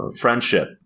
friendship